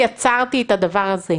הכוונה שהוא לא יכול היה לצפות.